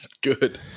Good